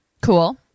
Cool